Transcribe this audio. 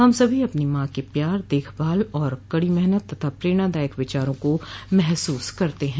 हम सभी अपनी मां के प्यार देखभाल कड़ी मेहनत और प्रेरणादायक विचारों को महसूस करते हैं